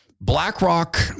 BlackRock